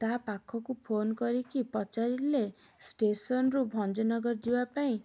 ତା ପାଖକୁ ଫୋନ୍ କରିକି ପଚାରିଲେ ଷ୍ଟେସନରୁୁ ଭଞ୍ଜନଗର ଯିବା ପାଇଁ